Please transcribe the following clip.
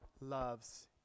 loves